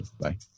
Bye